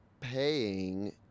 paying